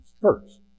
first